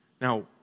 Now